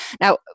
Now